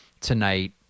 tonight